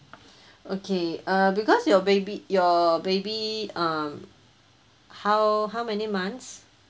okay uh because your baby your baby um how how many months